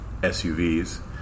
SUVs